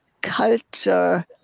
culture